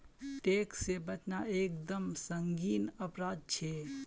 tax से बचना एक दम संगीन अपराध छे